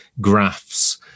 graphs